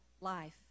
life